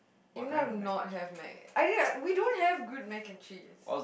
you know not have Mac I don't have we don't have good Mac and Cheese